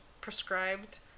prescribed